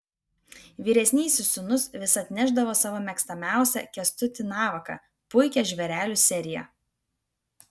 vyresnysis sūnus vis atnešdavo savo mėgstamiausią kęstutį navaką puikią žvėrelių seriją